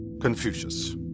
Confucius